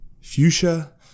fuchsia